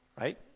Right